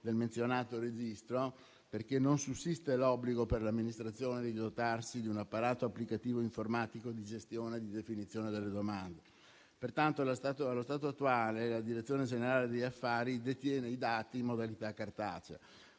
del menzionato registro, perché non sussiste l'obbligo per l'amministrazione di dotarsi di un apparato applicativo informatico di gestione e di definizione delle domande. Pertanto, allo stato attuale, la direzione generale degli affari detiene i dati in modalità cartacea.